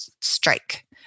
strike